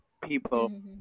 people